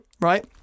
right